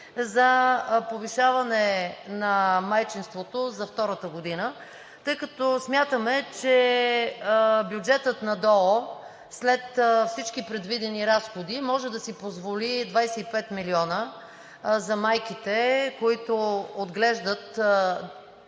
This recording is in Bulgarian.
за повишаване на майчинството за втората година, тъй като смятаме, че бюджетът на ДОО след всички предвидени разходи може да си позволи 25 милиона за майките, които отглеждат